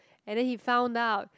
and then he found out